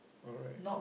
alright